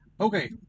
Okay